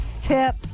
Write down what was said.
tip